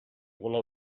while